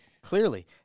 Clearly